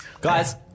guys